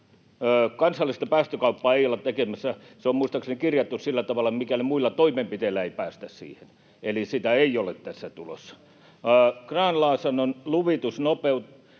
Kansallista päästökauppaa ei olla tekemässä. Se on muistaakseni kirjattu sillä tavalla, että ”mikäli muilla toimenpiteillä ei päästä siihen”, eli sitä ei ole tässä tulossa. Grahn-Laasonen, luvituksen nopeutus